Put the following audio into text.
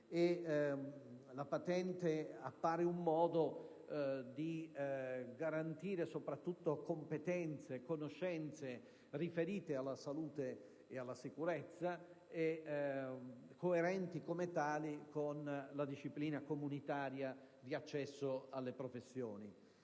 La patente appare un modo per garantire competenze e conoscenze riferite alla salute e alla sicurezza coerenti con la disciplina comunitaria di accesso alle professioni.